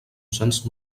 cents